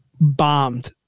bombed